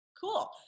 Cool